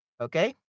Okay